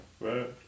right